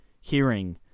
hearing